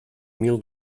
mil